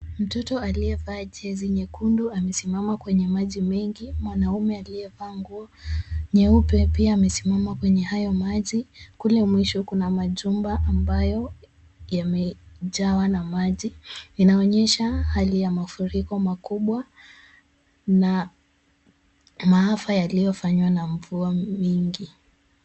Mtoto aliyevaa jezi nyekundu amesimama kwenye maji mengi, mwanaume aliyevaa nguo nyeupe pia amesimama kwenye hayo maji, kule mwisho kuna majumba ambayo yamejawa na maji. Inaonyesha hali ya mafuriko makubwa na maafa yaliyofanywa na mvua mingi.